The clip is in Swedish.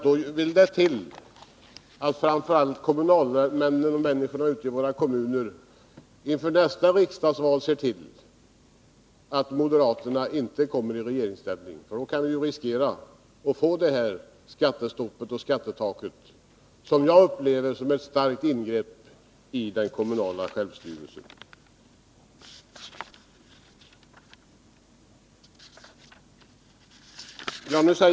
Då vill det till att framför allt kommunalmännen och människorna ute i våra kommuner inför nästa riksdagsval ser till att moderaterna inte kommer i regeringsställning, för då kan vi riskera att få detta skattestopp och skattetak, som jag upplever som ett starkt ingrepp i den kommunala självstyrelsen.